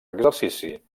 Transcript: exercici